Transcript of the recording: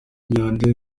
nyanja